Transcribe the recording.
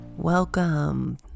welcome